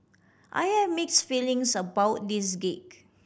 I have mix feelings about this gig